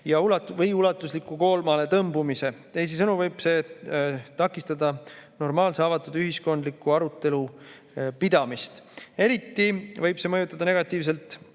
või ulatusliku koomaletõmbumise. Teisisõnu võib see takistada normaalse avatud ühiskondliku arutelu pidamist. Eriti võib see mõjutada negatiivselt